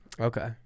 Okay